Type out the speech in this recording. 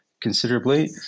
considerably